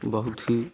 बहुत ही